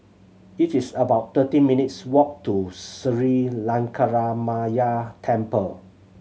it is about thirteen minutes' walk to Sri Lankaramaya Temple